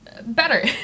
better